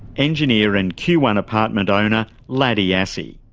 engineer and q one apartment owner, laddie assey.